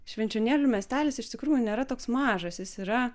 švenčionėlių miestelis iš tikrųjų nėra toks mažas jis yra